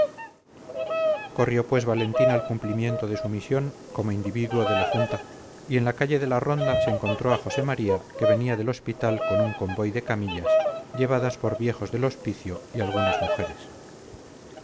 corrió pues valentín al cumplimiento de su misión como individuo de la junta y en la calle de la ronda se encontró a josé maría que venía del hospital con un convoy de camillas llevadas por viejos del hospicio y algunas mujeres